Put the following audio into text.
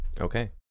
okay